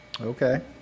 Okay